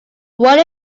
what